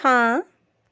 हाँ